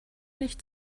nicht